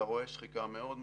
אתה רואה שחיקה מאוד משמעותית.